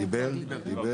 תודה.